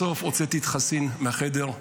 בסוף הוצאתי את חסין מהחדר.